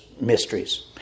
mysteries